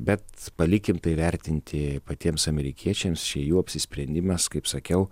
bet palikim tai vertinti patiems amerikiečiams čia jų apsisprendimas kaip sakiau